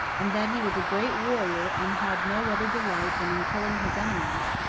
and that he was a great warrior and had no other delight than in killing his enemies,